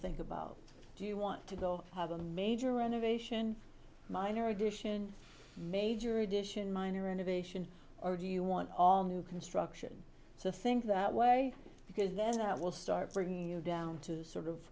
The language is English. think about do you want to go have a major renovation minor addition major addition minor innovation or do you want all new construction to think that way because that will start bringing you down to sort of